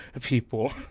people